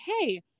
Hey